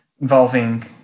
involving